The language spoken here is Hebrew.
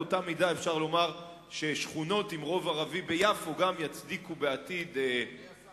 באותה מידה אפשר לומר ששכונות עם רוב ערבי ביפו גם יצדיקו בעתיד ויתור,